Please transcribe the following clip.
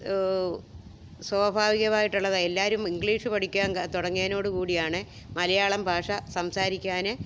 സ്വാഭാവികമായിട്ടുള്ളതാണ് എല്ലാവരും ഇംഗീഷു പഠിക്കാൻ തുടങ്ങിയതിനോടു കൂടിയാണ് മലയാളം ഭാഷ സംസാരിക്കാൻ